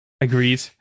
Agreed